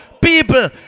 People